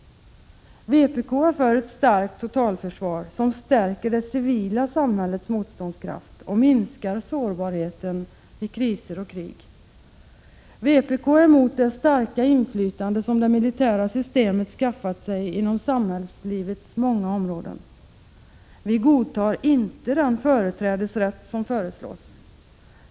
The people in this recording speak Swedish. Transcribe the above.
Vpk är för ett starkt totalförsvar, som stärker det civila samhällets motståndskraft och minskar sårbarheten vid kriser och krig. Vpk är emot det starka inflytande som det militära systemet skaffat sig inom samhällslivets många områden. Vi godtar inte den företrädesrätt som föreslås.